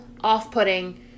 off-putting